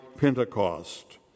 Pentecost